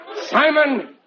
Simon